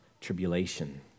tribulation